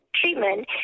treatment